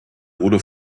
wurde